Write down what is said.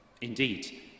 Indeed